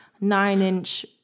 nine-inch